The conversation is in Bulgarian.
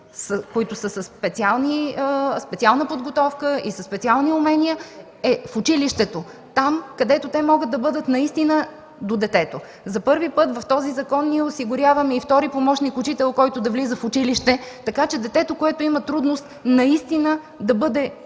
със специална подготовка и със специални умения е в училището – там, където могат да бъдат наистина до детето. За първи път в този закон ние осигуряваме и втори помощник-учител, който да влиза в училище, така че детето, което има трудност, наистина да бъде не